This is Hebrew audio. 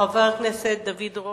חבר הכנסת בן-סימון,